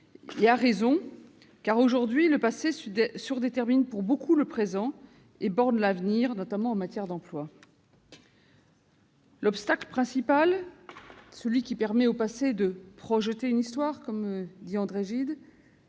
et à raison, car, aujourd'hui, le passé surdétermine pour beaucoup le présent et borne l'avenir, notamment en matière d'emploi. L'obstacle principal, celui qui permet au passé de « projeter une histoire », c'est parfois